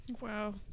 wow